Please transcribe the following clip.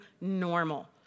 normal